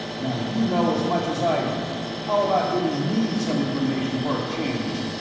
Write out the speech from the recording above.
now you know as much as i do, how about giving me some information for a change?